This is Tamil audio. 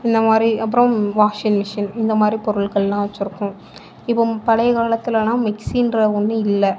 இந்தமாதிரி அப்றம் வாஷிங் மிஷின் இந்தமாதிரி பொருட்கள்லாம் வச்சுருக்கோம் இப்போது பழைய காலத்திலலாம் மிக்சின்ற ஒன்று இல்லை